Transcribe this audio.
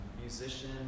musician